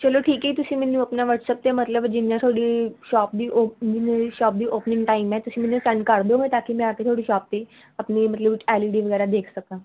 ਚਲੋ ਠੀਕ ਹੈ ਜੀ ਤੁਸੀਂ ਮੈਨੂੰ ਆਪਣਾ ਵਟਸਐਪ 'ਤੇ ਮਤਲਬ ਜਿੰਨੇ ਤੁਹਾਡੀ ਸ਼ੋਪ ਦੀ ਓਪ ਸ਼ੋਪ ਦੀ ਓਪਨਿੰਗ ਟਾਈਮ ਹੈ ਤੁਸੀਂ ਮੈਨੂੰ ਸੈਂਡ ਕਰ ਦਿਓ ਮੈਂ ਤਾਂ ਕਿ ਮੈਂ ਆ ਕੇ ਤੁਹਾਡੀ ਸ਼ੋਪ 'ਤੇ ਆਪਣੀ ਮਤਲਬ ਐੱਲ ਈ ਡੀ ਵਗੈਰਾ ਦੇਖ ਸਕਾਂ